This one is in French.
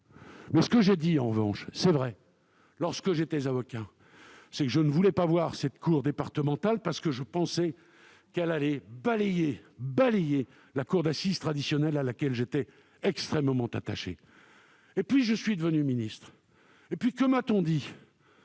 Mais ce que j'ai dit, lorsque j'étais avocat, c'est que je ne voulais pas de cette cour départementale, parce que je pensais qu'elle allait balayer la cour d'assises traditionnelle, à laquelle j'étais extrêmement attaché. Et puis, je suis devenu ministre, et que m'a-t-on dit ?